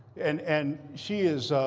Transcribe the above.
and and she is